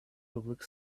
public